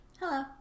Hello